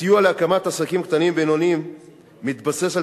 הסיוע להקמת עסקים קטנים-בינוניים מתבסס על